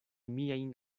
miajn